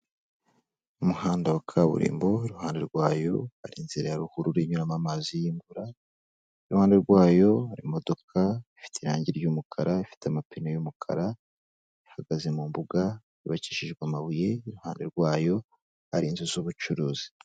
Umuhanda wa kaburimbo iruhande rwayo hari inzira ya ruhuru inyuramo amazi y'imvura, iruhande rwayo hari imodoka ifite irangi ry'umukara, ifite amapine y'umukara, ihagaze mu mbuga yubakishijwe amabuye, iruhande rwayo hari inzu z'ubucuruzi.